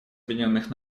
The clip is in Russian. объединенных